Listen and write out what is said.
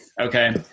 okay